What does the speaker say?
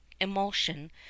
emulsion